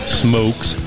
smokes